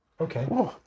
Okay